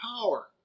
power